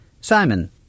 Simon